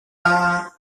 dal